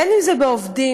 בין שזה בעובדים